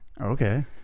Okay